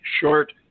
short